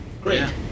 Great